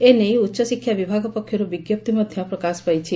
ଏନେଇ ଉଚ୍ଚଶିକ୍ଷା ବିଭାଗ ପକ୍ଷରୁ ବିଙ୍କପ୍ତି ମଧ ପ୍ରକାଶ ପାଇଛି